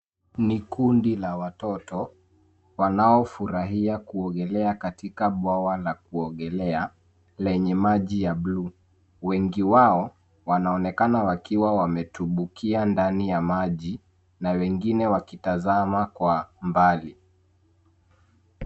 Ni kundi la watoto wanaofurahia kuogelea katika bwawa la kuogelea lenye maji ya bluu . Wengi wao wanaonekana wakiwa wametumbukia ndani ya maji na wengine wakitazama kwa mbali.